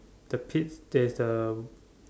the pits there's a